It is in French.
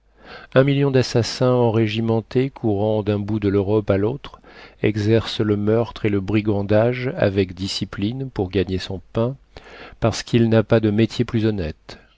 un million d'assassins enrégimentés courant d'un bout de l'europe à l'autre exerce le meurtre et le brigandage avec discipline pour gagner son pain parcequ'il n'a pas de métier plus honnête